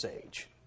age